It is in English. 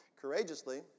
courageously